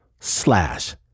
slash